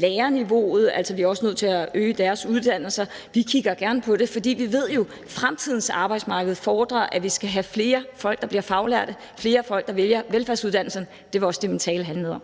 lærerniveauet, altså, vi er også nødt til at øge deres uddannelsesniveau. Vi kigger gerne på det, for vi ved jo, at fremtidens arbejdsmarked fordrer, at vi skal have flere folk, der bliver faglærte, flere folk, der vælger velfærdsuddannelserne. Det var også det, min tale